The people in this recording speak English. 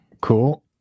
cool